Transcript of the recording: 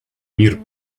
мир